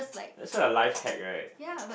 that's why a lifehack right